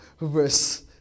Verse